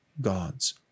God's